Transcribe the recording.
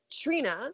Trina